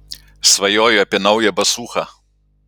svajoju apie naują basūchą